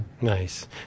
Nice